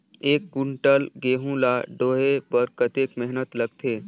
एक कुंटल गहूं ला ढोए बर कतेक मेहनत लगथे?